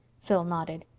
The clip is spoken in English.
phil nodded.